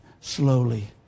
slowly